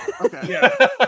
Okay